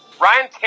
Ryan